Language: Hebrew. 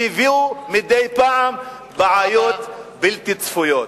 שהביאו מדי פעם בעיות בלתי צפויות.